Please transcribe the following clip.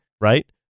Right